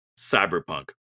Cyberpunk